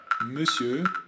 Monsieur